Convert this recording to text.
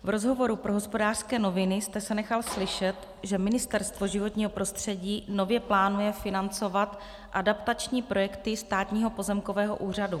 V rozhovoru pro Hospodářské noviny jste se nechal slyšet, že Ministerstvo životního prostředí nově plánuje financovat adaptační projekty Státního pozemkového úřadu.